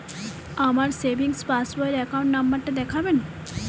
আমার সেভিংস পাসবই র অ্যাকাউন্ট নাম্বার টা দেখাবেন?